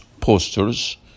posters